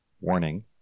Warning